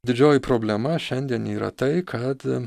didžioji problema šiandien yra tai kad